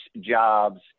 jobs